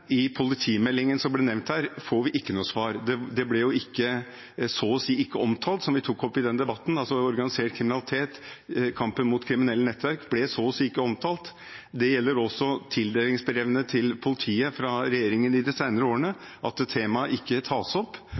I politimeldingen som ble nevnt her, får vi ikke noe svar. Det ble så å si ikke omtalt. Som vi tok opp i den debatten, ble organisert kriminalitet og kampen mot kriminelle nettverk så å si ikke omtalt. Det gjelder også tildelingsbrevene til politiet fra regjeringen de senere årene hvor temaet ikke tas opp,